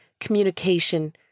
communication